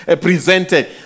presented